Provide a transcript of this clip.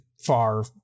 far